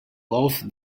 golf